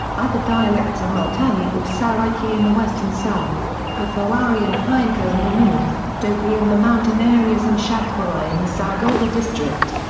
other dialects are multani or saraiki in the west and south, pothowari and hindko in the north, dogri in the mountain areas and shahpuri in the sargodha district.